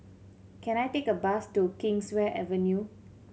can I take a bus to Kingswear Avenue